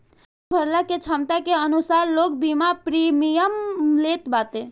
अपनी भरला के छमता के अनुसार लोग बीमा प्रीमियम लेत बाटे